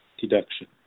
deduction